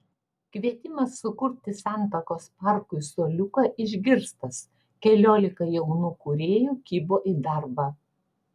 kvietimas sukurti santakos parkui suoliuką išgirstas keliolika jaunų kūrėjų kibo į darbą